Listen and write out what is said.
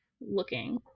looking